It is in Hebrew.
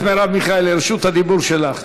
חברת הכנסת מרב מיכאלי, רשות הדיבור שלך.